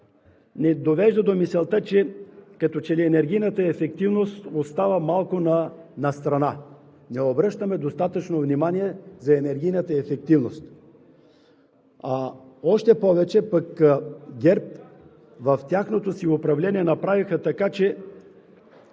ни довежда до мисълта, като че ли енергийната ефективност остава малко настрана, не обръщаме достатъчно внимание за енергийната ефективност. А още повече пък ГЕРБ – в тяхното си управление направиха така, че